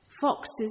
Foxes